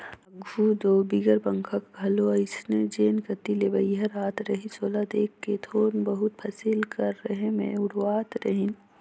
आघु दो बिगर पंखा कर घलो अइसने जेन कती ले बईहर आत रहिस ओला देख के थोर बहुत फसिल कर रहें मे उड़वात रहिन